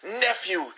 nephew